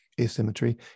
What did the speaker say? asymmetry